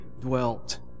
dwelt